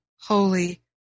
Holy